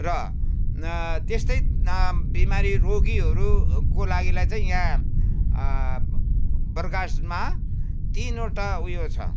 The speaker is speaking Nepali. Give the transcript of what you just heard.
र त्यस्तै बिमारी रोगीहरूको लागि लाई चाहिँ यहाँ बरगाछमा तिनवटा उयो छ